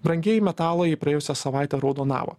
brangieji metalai praėjusią savaitę raudonavo